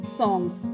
songs